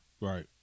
Right